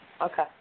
Okay